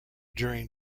during